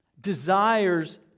Desires